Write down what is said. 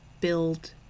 build